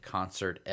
Concert